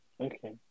Okay